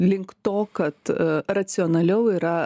link to kad racionaliau yra